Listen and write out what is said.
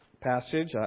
passage